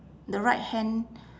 the right hand